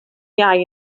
iau